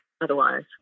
otherwise